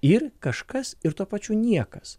ir kažkas ir tuo pačiu niekas